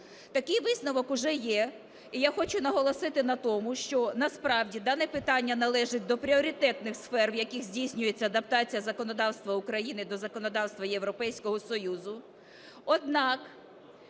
Такий висновок уже є. І я хочу наголосити на тому, що, насправді, дане питання належить до пріоритетних сфер, в яких здійснюється адаптація законодавства України до законодавства Європейського Союзу.